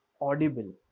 audible